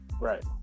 Right